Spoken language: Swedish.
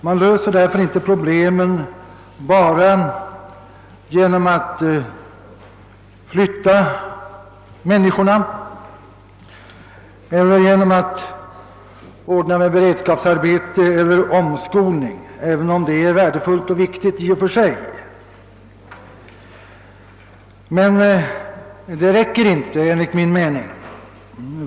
Man löser inte problemen bara genom att flytta människorna eller ordna med beredskapsarbeten och omskolning. Sådana åtgärder är i och för sig värdefulla, men de är inte tillräckliga.